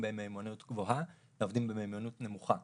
במיומנות גבוהה לעובדים במיומנות נמוכה.